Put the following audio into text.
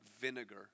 vinegar